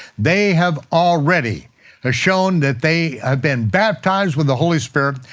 they have already ah shown that they have been baptized with the holy spirit,